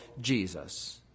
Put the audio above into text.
Jesus